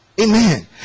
amen